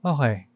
Okay